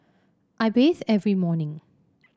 I bathe every morning